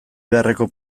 beharreko